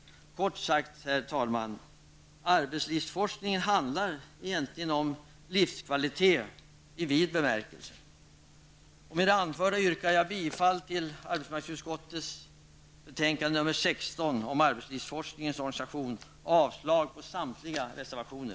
Kort sagt, herr talman: Arbetslivsforskningen handlar egentligen om livskvalitet i vid bemärkelse. Med det anförda yrkar jag bifall till arbetsmarknadsutskottets hemställan i betänkande nr 16 om arbetslivsforskningens organisation, och avslag på samtliga reservationer.